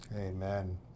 amen